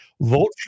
Vote